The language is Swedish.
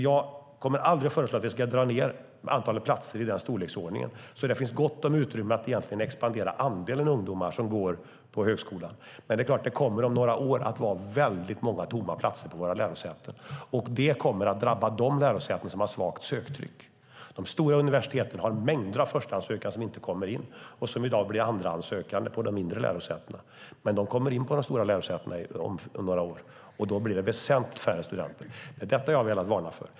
Jag kommer aldrig att föreslå att vi ska dra ned antalet platser i den storleksordningen, så det finns gott om utrymme att expandera andelen ungdomar som går på högskolan. Men det är klart att det om några år kommer att vara väldigt många tomma platser på våra lärosäten, och det kommer att drabba de lärosäten som har svagt söktryck. De stora universiteten har mängder av förstahandssökande som inte kommer in och som i dag blir andrahandssökande på de mindre lärosätena. Men om några år kommer de in på de stora lärosätena, och då blir det väsentligt färre studenter. Det är detta jag har velat varna för.